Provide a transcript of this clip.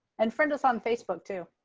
and friend us on facebook, too.